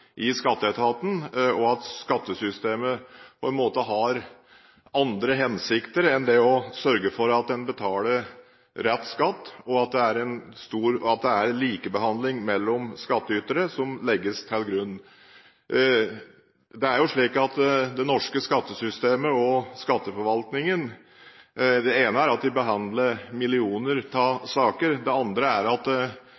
i skatteetaten, at skattesystemet på en måte har andre hensikter enn å sørge for at en betaler riktig skatt, og at det er en likebehandling mellom skattytere som legges til grunn. Når det gjelder det norske skattesystemet og skatteforvaltningen: Det ene er at de behandler millioner av